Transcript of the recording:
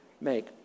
make